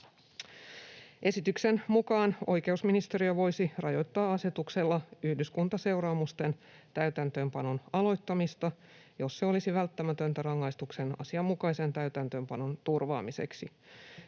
Esityksen mukaan oikeusministeriö voisi rajoittaa asetuksella yhdyskuntaseuraamusten täytäntöönpanon aloittamista, jos se olisi välttämätöntä rangaistuksen asianmukaisen täytäntöönpanon turvaamiseksi.